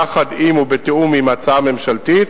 יחד עם ובתיאום עם ההצעה הממשלתית,